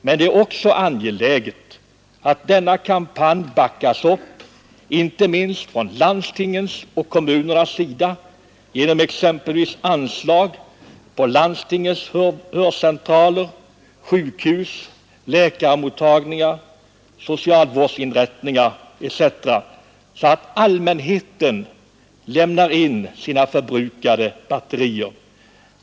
Men det är också angeläget att kampanjen backas upp inte minst från landstingens och kommunernas sida genom exempelvis anslag på landstingens hörcentraler, sjukhus, läkarmottagningar, socialvårdsinrättningar etc., så att allmänheten lämnar in sina förbrukade batterier.